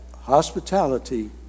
hospitality